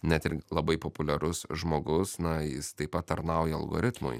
net ir labai populiarus žmogus na jis taip tarnauja algoritmui